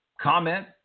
comment